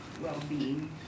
well-being